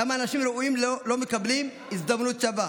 למה אנשים ראויים לא מקבלים הזדמנות שווה?